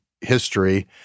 history